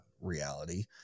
reality